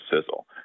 sizzle